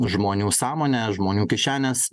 žmonių sąmonę žmonių kišenes